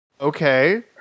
okay